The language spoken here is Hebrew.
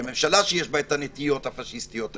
של ממשלה שיש בה את הנטיות הפשיסטיות האלה,